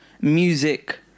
music